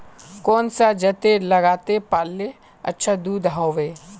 कौन सा जतेर लगते पाल्ले अच्छा दूध होवे?